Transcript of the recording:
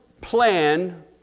plan